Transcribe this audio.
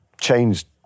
changed